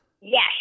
Yes